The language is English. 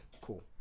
Cool